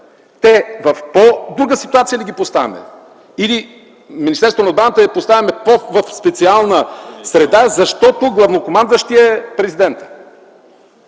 Тях в по-друга ситуация ли ги поставяме? Или Министерството на отбраната го поставяме в по-специална среда, защото главнокомандващият е президентът?